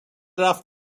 رفت